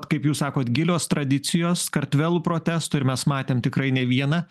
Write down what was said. kaip jūs sakot gilios tradicijos kartvelų protestų ir mes matėm tikrai ne vieną